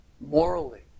morally